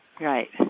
Right